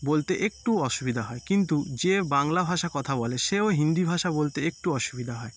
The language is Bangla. বলতে একটু অসুবিধা হয় কিন্তু যে বাংলা ভাষায় কথা বলে সেও হিন্দি ভাষা বলতে একটু অসুবিধা হয়